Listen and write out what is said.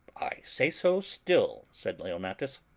i say so still, said leonatus.